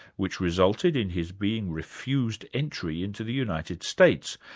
which resulted in his being refused entry into the united states,